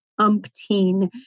umpteen